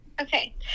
okay